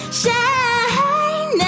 shine